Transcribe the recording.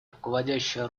руководящая